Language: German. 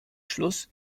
schluss